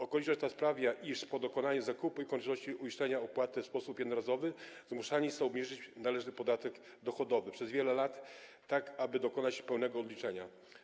Okoliczność ta sprawia, iż po dokonaniu zakupu i konieczności uiszczania opłaty w sposób jednorazowy zmuszani są obniżać należny podatek dochodowy przez wiele lat tak, aby dokonać pełnego odliczenia.